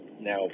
now